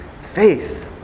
faith